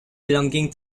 belonging